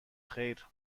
خیر